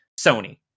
Sony